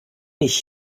ich